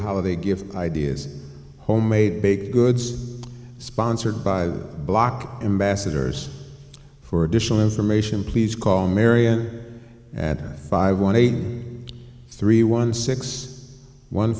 holiday gift ideas homemade big goods sponsored by block ambassadors for additional information please call marion at five one eight three one six one